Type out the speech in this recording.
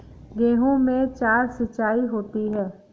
गेहूं में चार सिचाई होती हैं